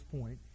point